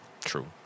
True